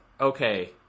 okay